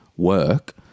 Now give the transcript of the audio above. work